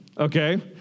Okay